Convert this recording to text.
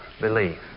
believe